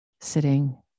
sitting